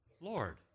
Lord